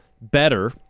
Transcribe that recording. better